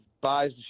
buys